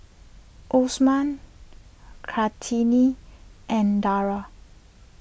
Osman Kartini and Dara